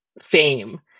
fame